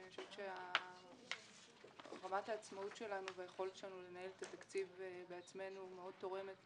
אני חושבת שרמת העצמאות והיכולת שלנו לנהל את התקציב בעצמנו מאוד תורמת